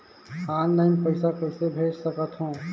Online पइसा कइसे भेज सकत हो?